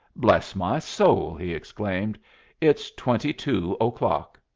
bless my soul, he exclaimed it's twenty-two o'clock.